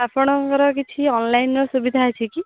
ଆପଣଙ୍କର କିଛି ଅନଲାଇନ୍ରେ ସୁବିଧା ଅଛି କି